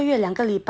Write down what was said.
八个月两个礼拜